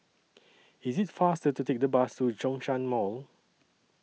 IS IT faster to Take The Bus to Zhongshan Mall